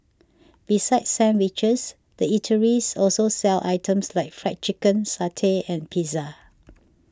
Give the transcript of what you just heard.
besides sandwiches the eateries also sell items like Fried Chicken satay and pizza